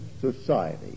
society